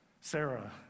Sarah